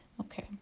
Okay